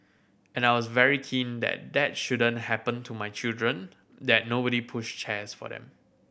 and I was very keen that that shouldn't happen to my children that nobody pushed chairs for them